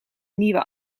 nieuwe